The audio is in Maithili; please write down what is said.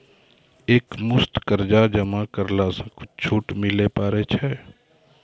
एक मुस्त कर्जा जमा करला पर कुछ छुट मिले पारे छै?